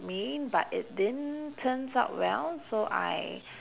admin but it didn't turns out well so I